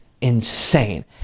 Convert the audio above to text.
insane